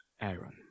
Aaron